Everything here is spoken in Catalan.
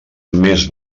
més